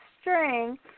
string